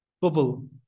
bubble